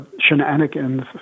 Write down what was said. shenanigans